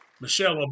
Michelle